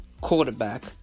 Quarterback